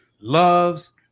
loves